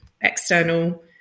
external